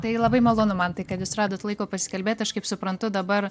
tai labai malonu mantai kad jūs radot laiko pasikalbėt aš kaip suprantu dabar